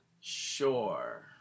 sure